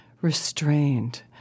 restrained